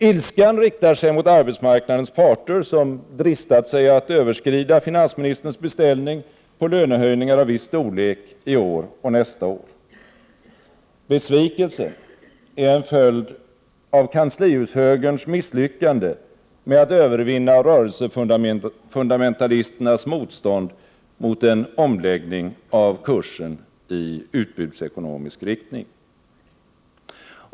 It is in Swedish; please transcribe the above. Ilskan riktar sig mot arbetsmarknadens parter, som dristat sig att överskrida finansministerns beställning på lönehöjningar av viss storlek i år och nästa år. Besvikelsen är en följd av kanslihushögerns misslyckande med att övervinna rörelsefundamentalisternas motstånd mot en omläggning av kursen i utbudsekonomisk riktning.